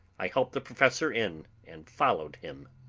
i helped the professor in, and followed him.